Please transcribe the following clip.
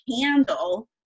handle